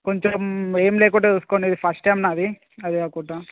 కొంచెం ఏమి లేకుండా చూసుకోండి ఇది ఫస్ట్ టైమ్ నాది అది కాకుండా